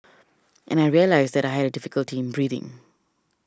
and I realised that I had difficulty in breathing